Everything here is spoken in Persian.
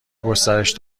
گسترش